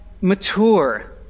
mature